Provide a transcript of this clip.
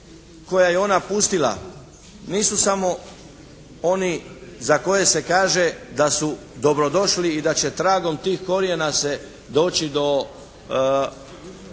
koje je ona pustila nisu samo oni za koje se kaže da su dobro došli i da će tragom tih korijena se doći do